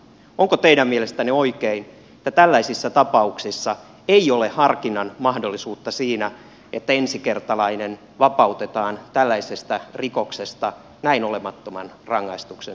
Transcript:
onko teidän mielestänne oikein että tällaisissa tapauksissa ei ole harkinnan mahdollisuutta siinä että ensikertalainen vapautetaan tällaisesta rikoksesta näin olemattoman rangaistuksen suorittamisen jälkeen